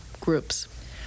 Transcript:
groups